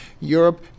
Europe